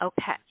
Okay